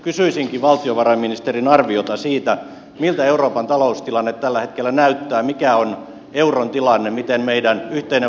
kysyisinkin valtiovarainministerin arviota siitä miltä euroopan taloustilanne tällä hetkellä näyttää mikä on euron tilanne miten meidän yhteinen valuuttamme voi